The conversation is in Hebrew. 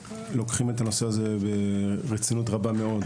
לוקחים את הנושא הזה ברצינות רבה מאוד.